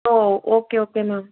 O okay okay ma'am